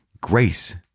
grace